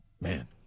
man